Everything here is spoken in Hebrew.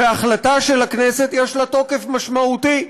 והחלטה של הכנסת יש לה תוקף משמעותי.